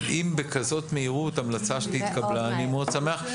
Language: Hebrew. אם בכזאת מהירות המלצה שלי התקבלה, אני מאוד שמח.